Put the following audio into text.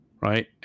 right